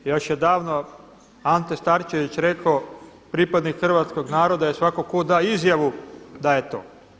Još je davno Ante Starčević rekao, pripadnik hrvatskog naroda je svatko tko da izjavu da je to.